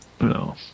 No